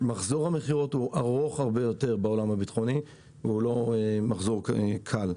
בעולם הביטחוני מחזור המכירות הוא ארוך הרבה יותר והוא לא מחזור קל.